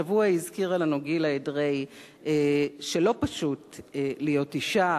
השבוע הזכירה לנו גילה אדרעי שלא פשוט להיות אשה,